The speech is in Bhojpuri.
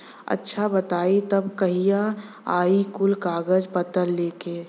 अच्छा बताई तब कहिया आई कुल कागज पतर लेके?